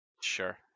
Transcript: Sure